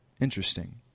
Interesting